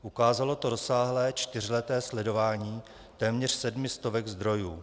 Ukázalo to rozsáhlé čtyřleté sledování téměř sedmi stovek zdrojů.